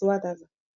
מרצועת עזה,